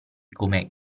come